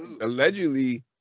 allegedly